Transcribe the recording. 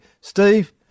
Steve